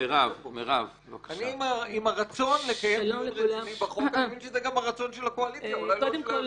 בעיקרון היינו צריכים לסיים את הישיבה,